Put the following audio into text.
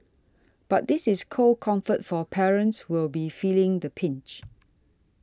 but this is cold comfort for parents who'll be feeling the pinch